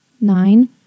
Nine